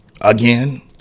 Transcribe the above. Again